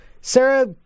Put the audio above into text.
Sarah